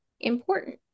important